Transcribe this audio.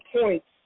points